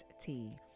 tea